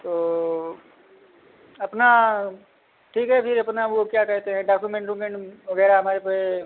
तो अपना ठीक है फिर अपना वो क्या कहेते हैं डाकुमेंट ऊकेन्ट वगैरह हमारे पर